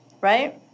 right